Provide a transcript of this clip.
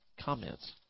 comments